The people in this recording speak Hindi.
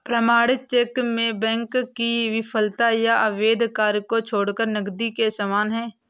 प्रमाणित चेक में बैंक की विफलता या अवैध कार्य को छोड़कर नकदी के समान है